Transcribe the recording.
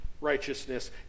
righteousness